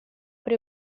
per